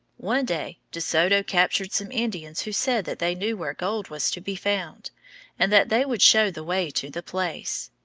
one day de soto captured some indians who said that they knew where gold was to be found and that they would show the way to the place.